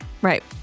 Right